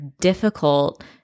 difficult